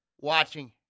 watching